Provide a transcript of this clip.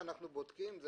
אנחנו בודקים את